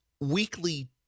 weekly